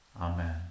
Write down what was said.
Amen